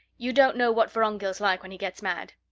you don't know what vorongil's like when he gets mad.